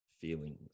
feelings